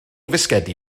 fisgedi